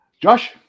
Josh